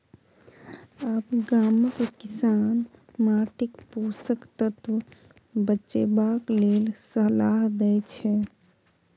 आब गामक किसान माटिक पोषक तत्व बचेबाक लेल सलाह दै छै